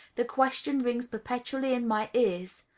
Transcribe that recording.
the question rings perpetually in my ears,